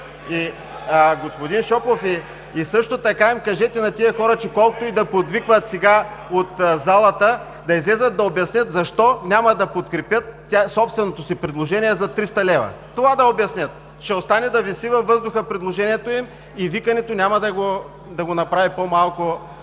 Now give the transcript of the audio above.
също така им кажете на тези хора, че колкото и да подвикват сега от залата, да излязат да обяснят защо няма да подкрепят собственото си предложение за 300 лв. Това да обяснят. Ще остане да виси във въздуха предложението им и викането няма да го направи по-малко